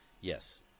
Yes